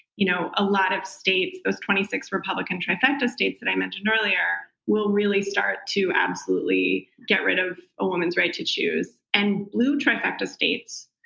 you know a lot of states, those twenty six republican trifecta states that i mentioned earlier, will really start to absolutely get rid of a woman's right to choose, and blue trifecta states,